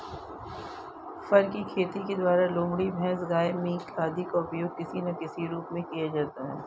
फर की खेती के द्वारा लोमड़ी, भैंस, गाय, मिंक आदि का उपयोग किसी ना किसी रूप में किया जाता है